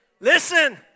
Listen